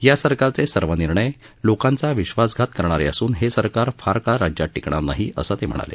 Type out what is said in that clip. या सरकारचे सर्व निर्णय लोकांचा विश्वासघात करणारे असून हे सरकार फार काळ राज्यात टिकणार नाही असं ते म्हणाले